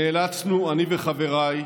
נאלצנו, אני וחבריי,